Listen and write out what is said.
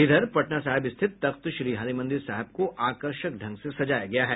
इधर पटना साहिब स्थित तख्त हरीमंदिर साहिब को आकर्षक ढंग से सजाया गया है